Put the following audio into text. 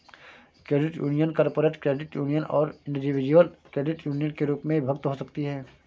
credit union corporate credit union और individual credit union के रूप में विभक्त हो सकती हैं